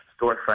storefront